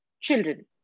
children